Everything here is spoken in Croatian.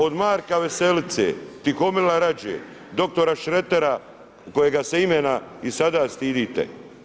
Od Marka Veselice, Tihomila Rađe, dr. Šretera kojega se imena i sada stidite.